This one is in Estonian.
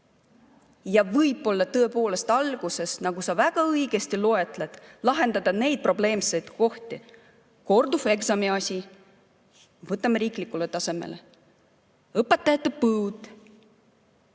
ja võib-olla tõepoolest alguses – nagu sa väga õigesti loetlesid – lahendama neid probleemseid kohti: korduveksamid riiklikule tasemele, õpetajate põud.